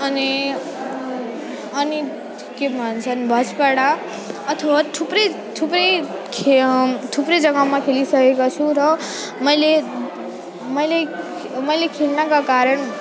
अनि अनि के भन्छन् भोजपाडा अथवा थुप्रै थुप्रै खे थुप्रै जग्गामा खेलिसकेको छु र मैले मैले मैले खेल्नको कारण